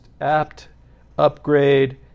apt-upgrade